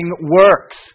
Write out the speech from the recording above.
works